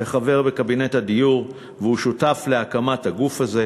וחבר בקבינט הדיור והוא שותף להקמת הגוף הזה,